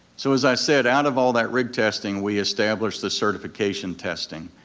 so as i said, out of all that rig testing we established the certification testing.